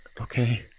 okay